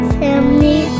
family